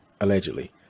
allegedly